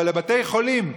אבל לבתי חולים,